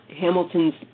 Hamilton's